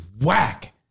whack